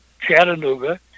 Chattanooga